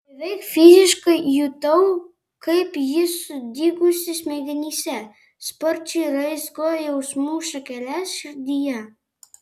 beveik fiziškai jutau kaip ji sudygusi smegenyse sparčiai raizgo jausmų šakeles širdyje